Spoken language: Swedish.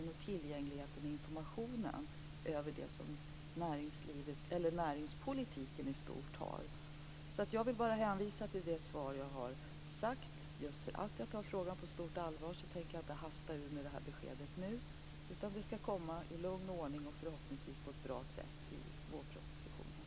Dessutom gäller det tillgängligheten och informationen i fråga om det som näringspolitiken i stort har. Jag vill därför endast hänvisa till det svar som jag har gett. Just därför att jag tar frågan på stort allvar tänker jag inte hasta ur mig ett besked nu, utan det skall komma i lugn och ordning och förhoppningsvis på ett bra sätt i vårpropositionen.